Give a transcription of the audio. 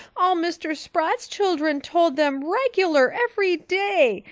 all mr. sprott's children told them regular every day,